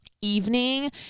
Evening